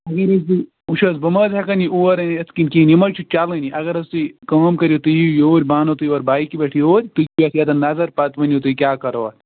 وُچھ حظ بہٕ مہٕ حظ ہٮ۪کَن یہِ اور أنِتھ یِتھ کِہیٖنۍ یہِ مہٕ حظ چھُ چلٲنی اگر حظ تُہۍ کٲم کٔرِو تُہۍ یِیِو یوٗرۍ بہٕ اَنو تُہۍ یور بایکہِ پٮ۪ٹھ یوٗرۍ تُہۍ دِیِو ییٚتَن نظر پتہٕ ؤنِو تُہۍ کیٛاہ کرو اَتھ